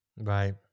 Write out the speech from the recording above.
right